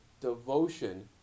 devotion